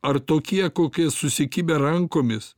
ar tokie kokie susikibę rankomis